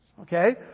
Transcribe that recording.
Okay